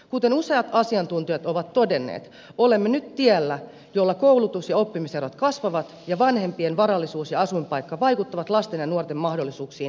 kuten useat asiantuntijat ovat todenneet olemme nyt tiellä jolla koulutus ja oppimiserot kasvavat ja vanhempien varallisuus ja asuinpaikka vaikuttavat lasten ja nuorten mahdollisuuksiin yhä enemmän